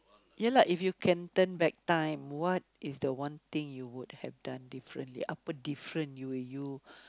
ya lah if you can turn back time what is the one thing you would have done differently apa different you you